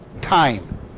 time